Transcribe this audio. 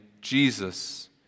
Jesus